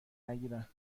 نگیرند